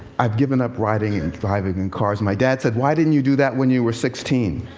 i've given up riding and driving in cars. my dad said, why didn't you do that when you were sixteen?